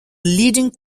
leading